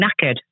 knackered